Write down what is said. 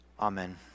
Amen